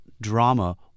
drama